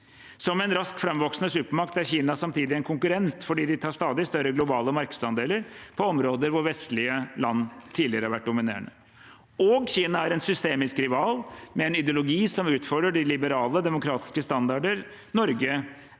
Som en raskt framvoksende supermakt er Kina samtidig en konkurrent fordi de stadig tar større globale markedsandeler på områder hvor vestlige land tidligere har vært dominerende. Kina er en systemisk rival med en ideologi som utfordrer de liberale, demokratiske standarder Norge